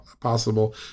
possible